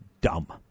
dumb